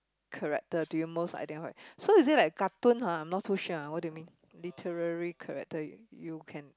character do you most identified so is it like cartoon [huh] I not too sure what do you mean literary character you can